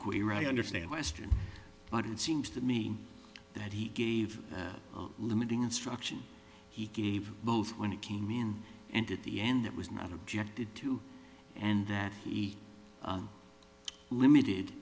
i understand western but it seems to me that he gave that limiting instruction he gave both when it came in and at the end that was not objected to and that he limited